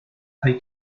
hay